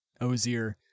Ozir